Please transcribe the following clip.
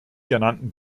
genannten